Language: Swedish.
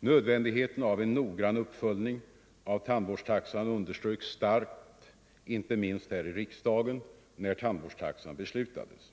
Nödvändigheten av en noggrann uppföljning av tandvårdstaxan underströks starkt inte minst här i riksdagen när tandvårdsreformen beslutades.